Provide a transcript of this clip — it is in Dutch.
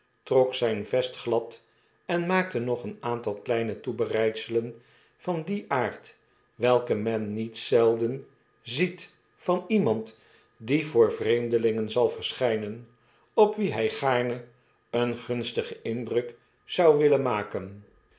trok zijn vest glad en maakte nog een aantal kleine toebereidselen van dien aard welke men niet zelden ziet van iemand die voor vreemdelingen zal verschijnen op wie hy gaarne een gunstigen indruk zou willen maken